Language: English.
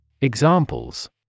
Examples